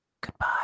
goodbye